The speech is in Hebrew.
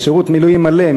שירות מילואים מלא,